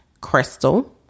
Crystal